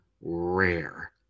rare